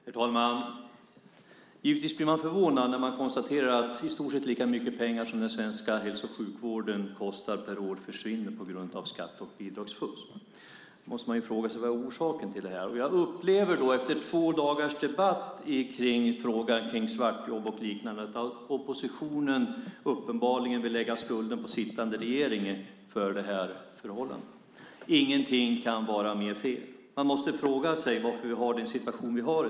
Herr talman! Givetvis blir man förvånad när man konstaterar att i stort sett lika mycket pengar som den svenska hälso och sjukvården kostar per år försvinner på grund av skatte och bidragsfusk. Man måste fråga sig vilken orsaken är. Jag upplever efter två dagars debatt kring frågan om svartjobb och liknande att oppositionen vill lägga skulden för detta förhållande på sittande regering. Ingenting kan vara mer fel. Man måste fråga sig varför vi har den situation vi har.